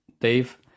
Dave